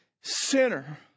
sinner